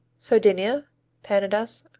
sardinia pannedas,